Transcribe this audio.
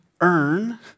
earn